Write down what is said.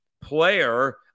player